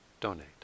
donate